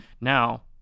Now